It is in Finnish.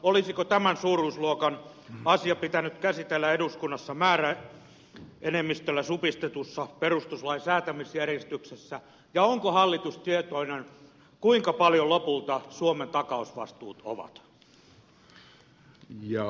olisiko tämän suuruusluokan asia pitänyt käsitellä eduskunnassa määräenemmistöllä supistetussa perustuslain säätämisjärjestyksessä ja onko hallitus tietoinen kuinka paljon lopulta suomen takausvastuut ovat